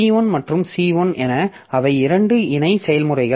P1 மற்றும் C1 என அவை இரண்டு இணை செயல்முறைகள்